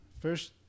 first